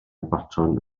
baton